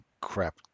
crap